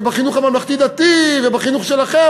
ובחינוך הממלכתי-דתי ובחינוך שלכם,